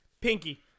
pinky